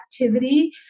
activity